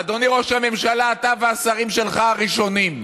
אדוני ראש הממשלה, אתה והשרים שלך הראשונים.